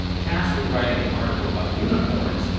tasked with writing an article about unicorns,